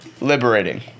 liberating